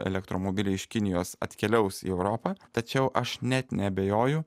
elektromobiliai iš kinijos atkeliaus į europą tačiau aš net neabejoju